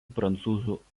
prancūzų